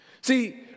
See